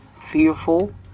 fearful